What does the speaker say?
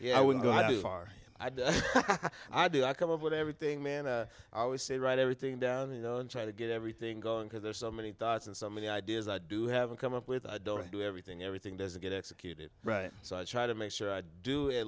yeah i wouldn't go that far i do i do i come up with everything man i always say write everything down you know and try to get everything going because there are so many thoughts and so many ideas i do have come up with i don't do everything everything doesn't get executed right so i try to make sure i do at